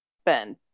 spend